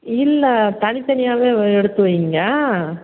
இல்லை தனித் தனியாகவே வை எடுத்து வைங்க